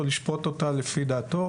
או לשפוט אותה לפי דעתו,